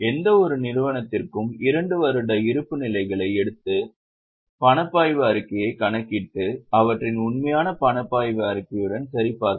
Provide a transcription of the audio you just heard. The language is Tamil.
எந்தவொரு நிறுவனத்திற்கும் 2 வருட இருப்புநிலைகளை எடுத்து பணப்பாய்வு அறிக்கையை கணக்கிட்டு அவற்றின் உண்மையான பணப்பாய்வு அறிக்கையுடன் சரிபார்க்கவும்